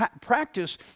Practice